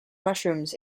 mushrooms